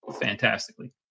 fantastically